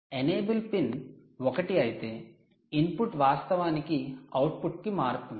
'enable pin' ఒకటి అయితే input వాస్తవానికి అవుట్పుట్కు మారుతుంది